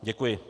Děkuji.